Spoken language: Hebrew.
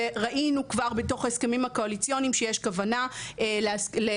וראינו כבר בתוך ההסכמים הקואליציוניים שיש כוונה לממש